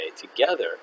together